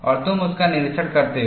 और तुम उसका निरीक्षण करते हो